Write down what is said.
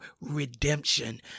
redemption